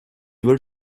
vols